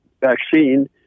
vaccine